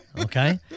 Okay